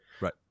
Right